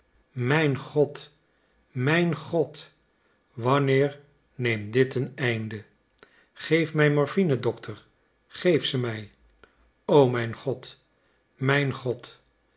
mijn god mijn god wanneer neemt dit een einde geef mij morphine dokter geef ze mij o mijn god mijn god